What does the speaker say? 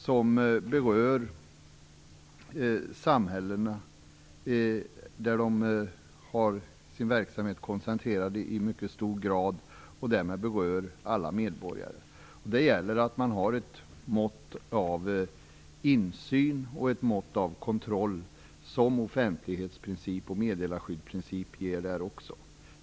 Den berör i mycket hög grad de samhällen där verksamheterna är koncentrerade och därmed också alla medborgare. Det gäller att ha ett mått av insyn och kontroll som offentlighetsprincip och meddelarskyddsprincip ger också där.